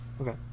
Okay